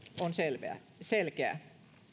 on selkeä selkeä